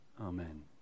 Amen